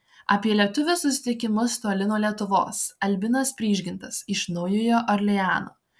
apie lietuvių susitikimus toli nuo lietuvos albinas prižgintas iš naujojo orleano